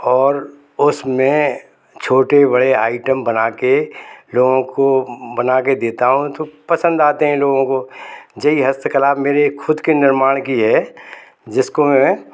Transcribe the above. और उसमें छोटे बड़े आइटम बना के लोगों को बना के देता हूँ तो पसंद आते है लोगों को यही हस्तकला मेरे खुद के निर्माण की है जिसको मैं